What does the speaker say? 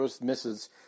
misses